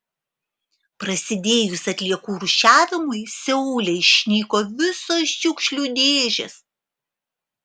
prasidėjus atliekų rūšiavimui seule išnyko visos šiukšlių dėžės